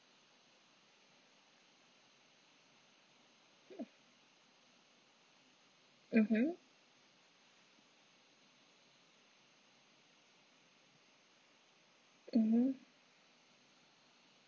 mm uh mmhmm mmhmm